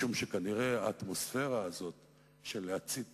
משום שכנראה האטמוספירה הזאת של להצית